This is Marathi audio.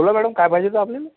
बोला मॅडम काय पाहिजे होतं आपल्याला